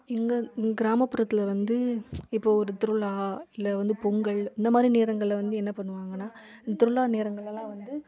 எங்கள் கிராமப்புறத்தில் வந்து இப்போ ஒரு திருவிழா இல்லை வந்து பொங்கல் இந்த மாதிரி நேரங்களில் வந்து என்ன பண்ணுவாங்கனா திருவிழா நேரங்கள் எல்லாம் வந்து